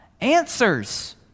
answers